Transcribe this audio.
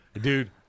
Dude